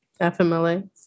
FMLA